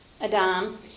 Adam